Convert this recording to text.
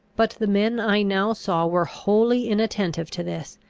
but the men i now saw were wholly inattentive to this,